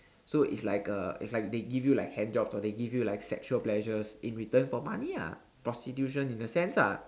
so it's like a it's like they give you like hand jobs or they give you like sexual pleasures in return for money ah prostitution in a sense ah